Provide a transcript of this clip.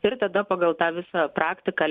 ir tada pagal tą visą praktiką